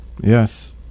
Yes